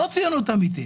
זו ציונות אמיתית.